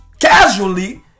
casually